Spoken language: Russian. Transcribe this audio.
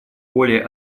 более